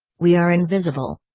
we are invisible.